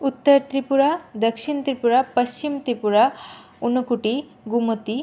Uttar Tripura Dakshin Tripura Paschim Tripura Unakoti Gomti